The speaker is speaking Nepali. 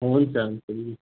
हुन्छ हुन्छ दिदी